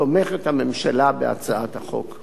הממשלה תומכת בהצעת החוק.